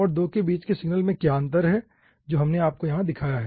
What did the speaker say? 1 और 2 के बीच के सिग्नल में क्या अंतर है जो हमने यहाँ दिखाया है